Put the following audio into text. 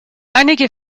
einige